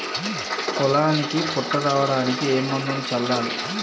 పొలానికి పొట్ట రావడానికి ఏ మందును చల్లాలి?